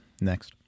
next